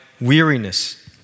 weariness